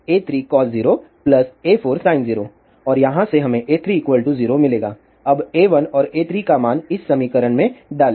A3cos 0 A4sin 0 और यहाँ से हमें A3 0 मिलेगा अब A1 और A3 का मान इस समीकरण में डालें